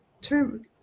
term